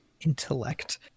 intellect